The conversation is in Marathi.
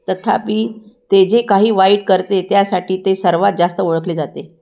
तथपि ते जे काही वाईट करते त्यासाठी ते सर्वात जास्त ओळखले जाते